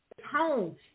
home